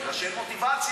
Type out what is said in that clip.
כי אין מוטיבציות.